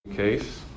Case